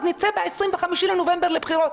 אז נצא ב-25 בנובמבר לבחירות.